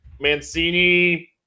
Mancini